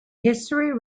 history